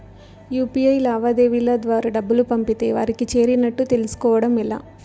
UPI లావాదేవీల ద్వారా డబ్బులు పంపితే వారికి చేరినట్టు తెలుస్కోవడం ఎలా?